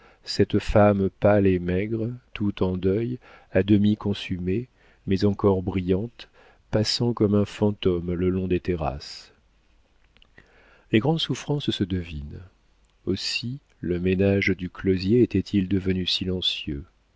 cette femme pâle et maigre tout en deuil à demi consumée mais encore brillante passant comme un fantôme le long des terrasses les grandes souffrances se devinent aussi le ménage du closier était-il devenu silencieux